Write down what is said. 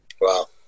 Wow